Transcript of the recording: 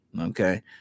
okay